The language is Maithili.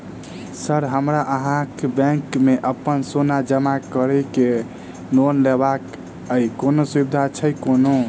सर हमरा अहाँक बैंक मे अप्पन सोना जमा करि केँ लोन लेबाक अई कोनो सुविधा छैय कोनो?